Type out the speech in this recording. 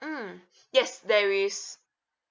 mm yes there is